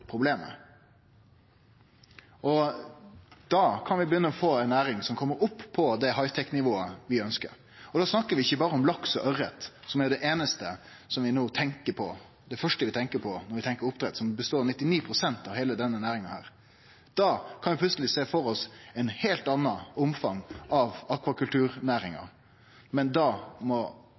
problemet. Da kan vi begynne å få ei næring som kjem opp på det high tech-nivået vi ønskjer. Og da snakkar vi ikkje berre om laks og aure, som er det første vi tenkjer på når vi tenkjer oppdrett, og som utgjer 99 pst. av heile denne næringa. Da kan vi plutseleg sjå for oss eit heilt anna omfang av akvakulturnæringa, men da må